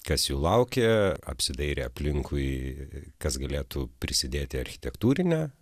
kas jų laukia apsidairę aplinkui kas galėtų prisidėti architektūrinę